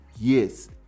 yes